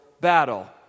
battle